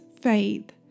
faith